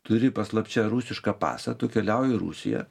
turi paslapčia rusišką pasą tu keliauji į rusiją